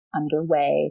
underway